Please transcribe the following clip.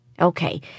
Okay